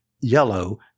yellow